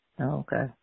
okay